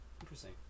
Interesting